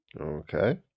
Okay